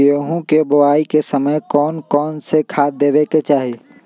गेंहू के बोआई के समय कौन कौन से खाद देवे के चाही?